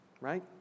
Right